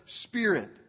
spirit